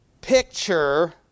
picture